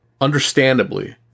Understandably